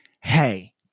Hey